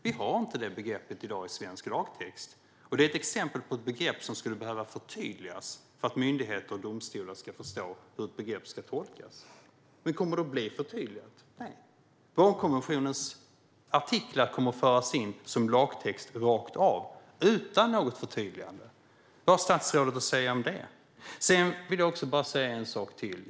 Vi har inte det begreppet i svensk lagtext i dag. Det är ett exempel på ett begrepp som skulle behöva förtydligas för att myndigheter och domstolar ska förstå hur det ska tolkas. Kommer det då att bli något förtydligande? Nej. Barnkonventionens artiklar kommer att föras in som lagtext rakt av, utan något förtydligande. Vad har statsrådet att säga om det? Låt mig säga en sak till.